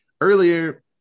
earlier